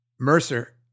Mercer